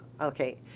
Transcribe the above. okay